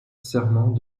serment